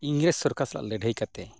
ᱤᱝᱨᱮᱹᱡᱽ ᱥᱚᱨᱠᱟᱨ ᱥᱟᱞᱟᱜ ᱞᱟᱹᱲᱦᱟᱹᱭ ᱠᱟᱛᱮᱫ